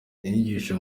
inyigisho